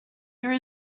there